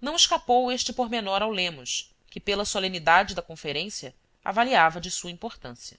não escapou este pormenor ao lemos que pela solenidade da conferência avaliava de sua importância